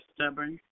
stubborn